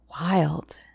wild